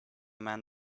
man